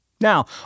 Now